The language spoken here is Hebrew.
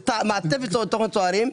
זה מעטפת תוכנית צוערים.